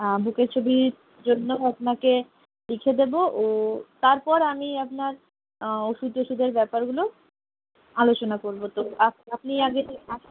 বুকের ছবির জন্য আপনাকে লিখে দেবো ও তারপর আমি আপনার ওষুধ টোষুধের ব্যাপারগুলো আলোচনা করবো তো আপনি আগে আপ